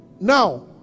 now